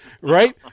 right